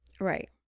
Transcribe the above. Right